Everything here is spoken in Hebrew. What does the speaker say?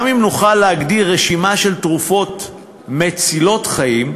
גם אם נוכל להגדיר רשימה של תרופות מצילות חיים,